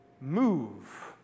move